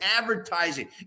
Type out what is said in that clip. advertising